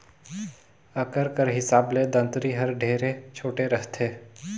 अकार कर हिसाब ले दँतारी हर ढेरे छोटे रहथे